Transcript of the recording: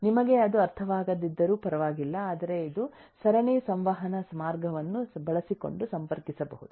ನಿಮಗೆ ಅದು ಅರ್ಥವಾಗದಿದ್ದರೂ ಪರವಾಗಿಲ್ಲ ಆದರೆ ಇದು ಸರಣಿ ಸಂವಹನ ಮಾರ್ಗವನ್ನು ಬಳಸಿಕೊಂಡು ಸಂಪರ್ಕಿಸಬಹುದು